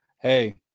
hey